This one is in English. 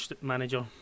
manager